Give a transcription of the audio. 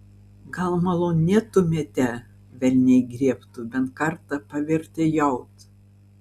gal malonėtumėte velniai griebtų bent kartą pavertėjaut